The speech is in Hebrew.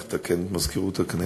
צריך לתקן את מזכירות הכנסת.